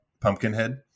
Pumpkinhead